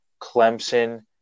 Clemson